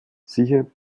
siehe